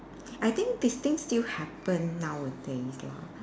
I think this thing still happen nowadays lah